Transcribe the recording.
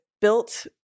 built